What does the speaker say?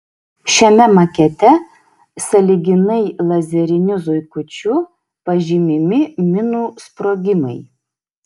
šiame makete sąlyginai lazeriniu zuikučiu pažymimi minų sprogimai